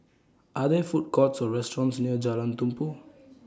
Are There Food Courts Or restaurants near Jalan Tumpu